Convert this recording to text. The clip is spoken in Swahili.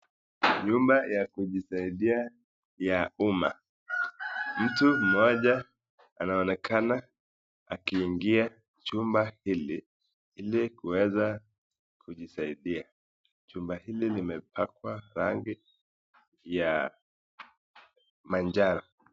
Nyumba ya kujisaidia ya umma. Mtu mmoja anaonekana akiingia chumba hili ili kuweza kujisaidia. Chumba hili limepakwa rangi ya manjano.